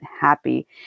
happy